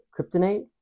kryptonite